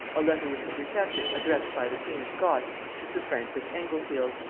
a letter was intercepted addressed by the queen of scots to sir francis englefield,